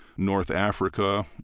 north africa,